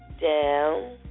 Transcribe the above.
down